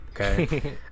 Okay